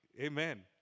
Amen